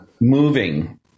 moving